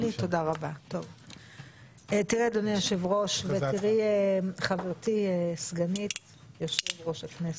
אדוני היושב-ראש, חברתי סגנית יושב-ראש הכנסת,